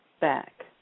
back